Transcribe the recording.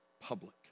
public